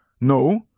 No